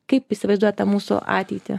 kaip įsivaizduojat tą mūsų ateitį